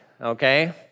okay